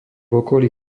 okolí